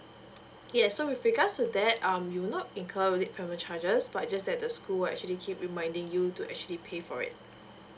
yes so with regards to that um you'll not incur late payment charges but it just that the school will actually keep reminding you to actually pay for it